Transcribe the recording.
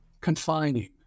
confining